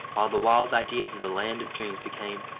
while the wild ideas of the land of dreams became,